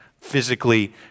physically